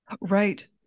Right